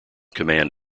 command